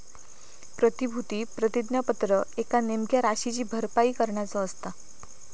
प्रतिभूती प्रतिज्ञापत्र एका नेमक्या राशीची भरपाई करण्याचो असता